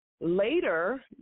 later